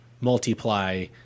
multiply